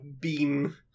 beam